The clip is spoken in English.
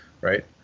right